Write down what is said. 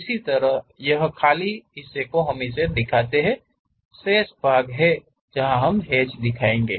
इसी तरह यह खाली हम इसे दिखाते हैं शेष भाग हैच से दिखाएंगे